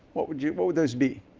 what would yeah what would those be?